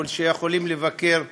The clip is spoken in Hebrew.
שיכולים לבקר בישראל,